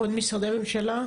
עוד משרדי ממשלה?